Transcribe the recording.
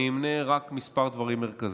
אני אמנה רק כמה דברים מרכזיים.